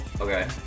Okay